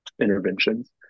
interventions